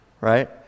right